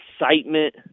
excitement